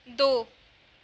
दो